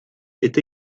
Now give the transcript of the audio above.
est